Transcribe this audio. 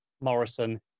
Morrison